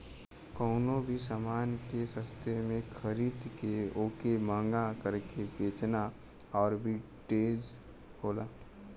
कउनो भी समान के सस्ते में खरीद के वोके महंगा करके बेचना आर्बिट्रेज होला